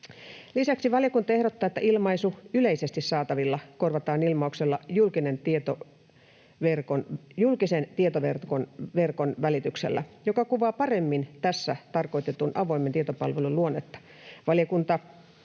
Lisäksi valiokunta ehdottaa, että ilmaisu ”yleisesti saatavilla” korvataan ilmauksella ”julkisen tietoverkon välityksellä”, joka kuvaa paremmin tässä tarkoitetun avoimen tietopalvelun luonnetta.